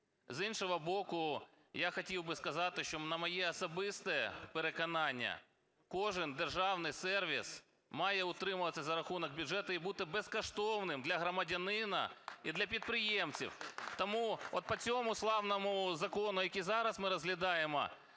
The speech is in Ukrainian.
З іншого боку, я хотів би сказати, що, на моє особисте переконання, кожний державний сервіс має утримуватися за рахунок бюджету і бути безкоштовним для громадянина і для підприємців. Тому от по цьому славному закону, який зараз ми розглядаємо,